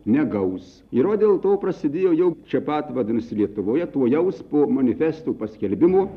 negaus ir va dėl to prasidėjo jau čia pat vadinasi lietuvoje tuojaus po manifesto paskelbimo